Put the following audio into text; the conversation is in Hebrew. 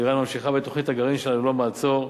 אירן ממשיכה בתוכנית הגרעין שלה ללא מעצור,